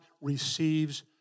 receives